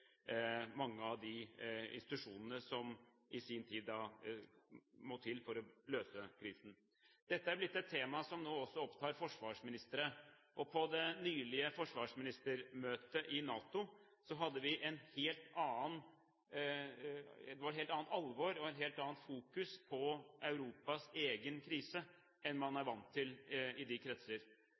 mange av de institusjonene som i sin tid må til for å løse krisen. Dette er blitt et tema som nå også opptar forsvarsministre. På det forsvarsministermøtet som nylig fant sted i NATO, var det et helt annet alvor og et helt annet fokus på Europas egen krise enn man er vant til i de kretser.